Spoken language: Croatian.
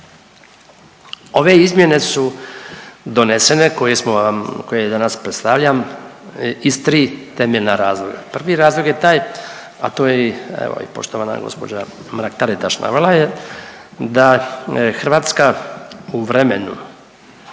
Ove izmjene su donesene koje smo vam, koje danas predstavljam iz tri temeljna razloga. Prvi razlog je taj, a to je i evo poštovana gospođa Mrak Taritaš navela je da Hrvatska u vremenu